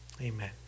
Amen